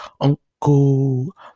Uncle